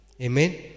Amen